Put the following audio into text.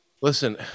Listen